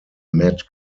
matt